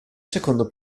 secondo